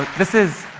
this is